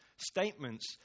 statements